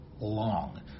long